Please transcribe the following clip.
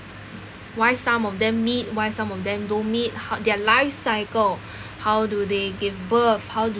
why some of them meet why some of them don't meet ho~ their life cycle how do they give birth how do